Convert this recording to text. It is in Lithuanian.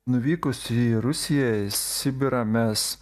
nuvykus į rusiją į sibirą mes